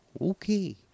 Okay